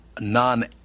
Non